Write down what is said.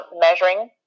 measuring